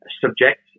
subject